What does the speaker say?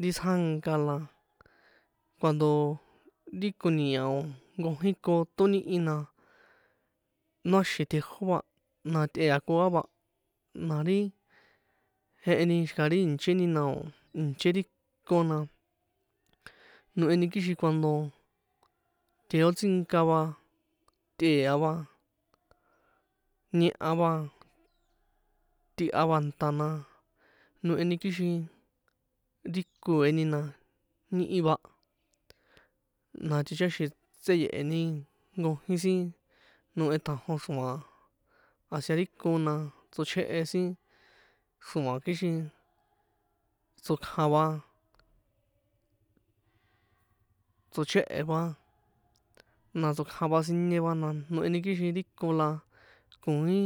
Ri tsjanka na cuando ri koni̱a̱ o̱ nkojín ko tonihin na noàxin tjejó va na, tꞌea koa va na ri jeheni xika ri ìnchéni na o̱ ìnché ri ko na noheni kixin cuando teotsínka va, tꞌe̱a va, ñeha va, tꞌiha va nta̱ na, noheni kixin ri ko̱eni na níhi va, na ticháxi̱n tseye̱heni nkojín sin nohen tjanjon xro̱a̱n hacia ri ko na tsochjehe sin xro̱a̱ kixin tsokjan va, tso̱chéhe̱ va, na tsokjan va siñe va na noheni kixin ri ko la koi